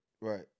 Right